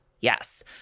Yes